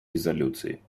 резолюции